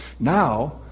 Now